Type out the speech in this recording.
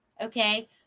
Okay